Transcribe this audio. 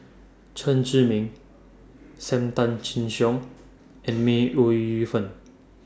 Chen Zhiming SAM Tan Chin Siong and May Ooi Yu Fen